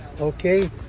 okay